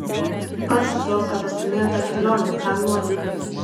pats zosę pastūmėjo tai kelionei tam nuotykiui